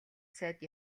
сайд